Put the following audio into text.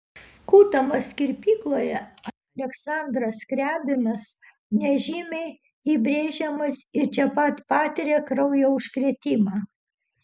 skutamas kirpykloje aleksandras skriabinas nežymiai įbrėžiamas ir čia pat patiria kraujo užkrėtimą